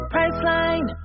Priceline